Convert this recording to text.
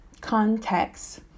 context